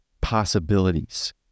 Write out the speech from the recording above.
possibilities